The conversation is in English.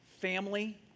family